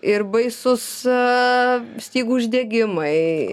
ir baisus a stygų uždegimai